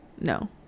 no